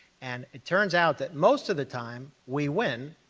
and it turns out that most of the time we win.